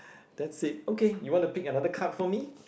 that's it okay you want to pick another card for me